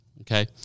Okay